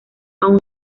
aún